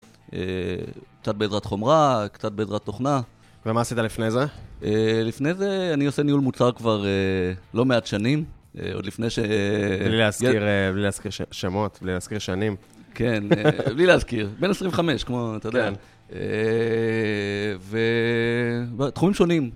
קצת בעזרת חומרה, קצת בעזרת תוכנה. -ומה עשית לפני זה? -לפני זה אני עושה ניהול מוצר כבר לא מעט שנים. עוד לפני ש... -בלי להזכיר... בלי להזכיר שמות, בלי להזכיר שנים. -כן, בלי להזכיר. בין 25, כמו... -כן -אתה יודע. ותחומים שונים.